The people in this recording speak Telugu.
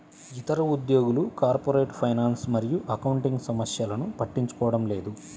ఇతర ఉద్యోగులు కార్పొరేట్ ఫైనాన్స్ మరియు అకౌంటింగ్ సమస్యలను పట్టించుకోవడం లేదు